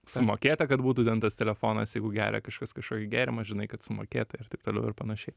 sumokėta kad būtų ten tas telefonas jeigu geria kažkas kažkokį gėrimą žinai kad sumokėta ir taip toliau ir panašiai